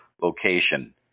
Location